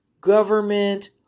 government